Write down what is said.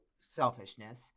selfishness